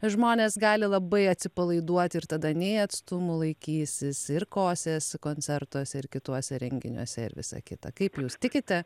žmonės gali labai atsipalaiduoti ir tada nei atstumų laikysis ir kosės koncertuose ir kituose renginiuose ir visa kita kaip jūs tikite